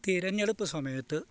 തിരഞ്ഞെടുപ്പ് സമയത്ത്